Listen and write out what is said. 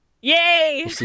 yay